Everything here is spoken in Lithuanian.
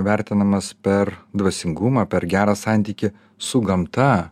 vertinamas per dvasingumą per gerą santykį su gamta